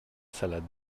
salade